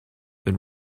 been